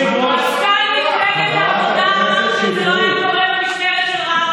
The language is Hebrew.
עטיפת השקרים שלך פשוט כזאת גדולה,